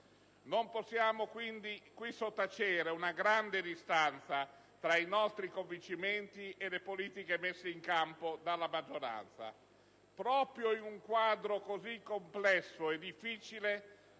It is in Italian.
Non possiamo dunque sottacere una grande distanza tra i nostri convincimenti e le politiche messe in campo dalla maggioranza. Proprio in un quadro così complesso e difficile,